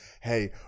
hey